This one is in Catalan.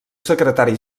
secretari